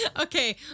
Okay